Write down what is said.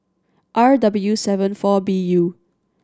R W seven four B U